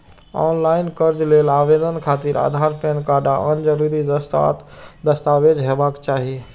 ऑनलॉन कर्ज लेल आवेदन खातिर आधार, पैन कार्ड आ आन जरूरी दस्तावेज हेबाक चाही